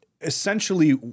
essentially